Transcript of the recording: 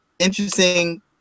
interesting